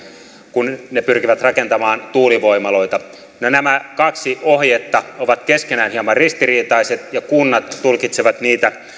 kun ne pyrkivät rakentamaan tuulivoimaloita nämä kaksi ohjetta ovat keskenään hieman ristiriitaiset ja kunnat tulkitsevat niitä